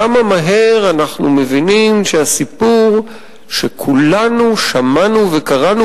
כמה מהר אנחנו מבינים שהסיפור שכולנו שמענו וקראנו